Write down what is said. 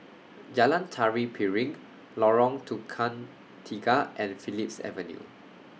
Jalan Tari Piring Lorong Tukang Tiga and Phillips Avenue